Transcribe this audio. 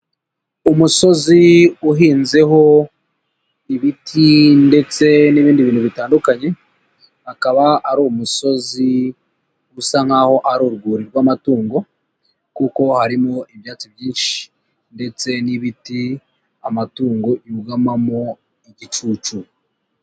Umusozi uhinzeho ibiti ndetse n'ibindi bintu bitandukanye, akaba ari umusozi usa nk'a ari urwuri rw'amatungo, kuko harimo ibyatsi byinshi ndetse n'ibiti amatungo yugamamo igicucu.